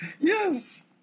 Yes